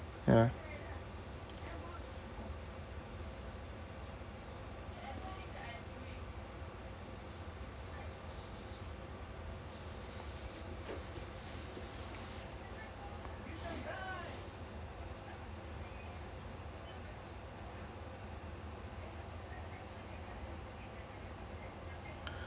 ya